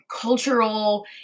cultural